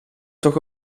toch